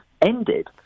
ended